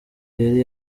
yari